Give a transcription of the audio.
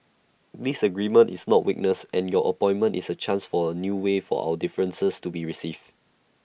disagreement is not weakness and your appointment is A chance for A new way for our differences to be received